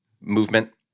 movement